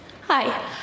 Hi